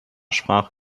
sprach